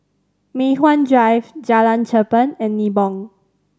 Mei Hwan Drive Jalan Cherpen and Nibong